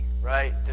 right